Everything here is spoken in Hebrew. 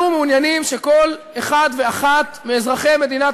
אנחנו מעוניינים שכל אחד ואחת מאזרחי מדינת